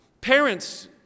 parents